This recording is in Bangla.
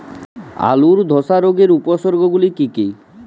আলুর ধসা রোগের উপসর্গগুলি কি কি?